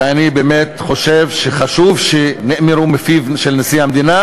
ואני באמת חושב שחשוב שנאמרו מפיו של נשיא המדינה,